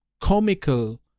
comical